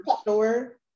store